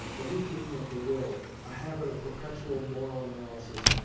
a weakening of the will, a habit of perpetual moral analysis,